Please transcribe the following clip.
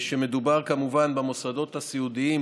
ומדובר כמובן במוסדות הסיעודיים,